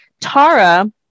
Tara